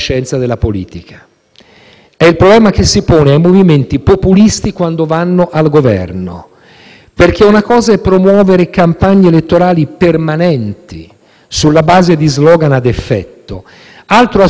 una cosa è promuovere campagne elettorali permanenti sulla base di *slogan* ad effetto, altra cosa è assumere responsabilità istituzionali e, per farlo, muoversi dentro la cornice costituzionale.